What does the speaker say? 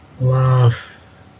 love